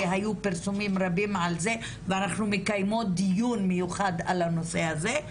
והיו פרסומים רבים על זה ואנחנו מקיימות דיון מיוחד על הנושא הזה,